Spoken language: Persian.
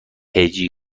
هجی